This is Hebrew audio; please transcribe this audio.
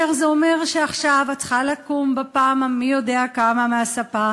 גם כאשר זה אומר שעכשיו את צריכה לקום בפעם המי-יודע-כמה מהספה,